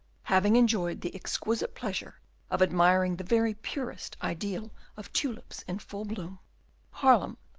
having enjoyed the exquisite pleasure of admiring the very purest ideal of tulips in full bloom haarlem,